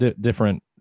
different